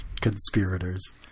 conspirators